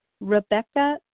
Rebecca